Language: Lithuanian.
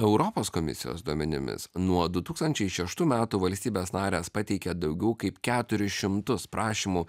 europos komisijos duomenimis nuo du tūkstančiai šeštų metų valstybės narės pateikė daugiau kaip keturis šimtus prašymų